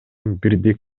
бирдей